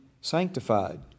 sanctified